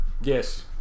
Yes